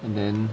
and then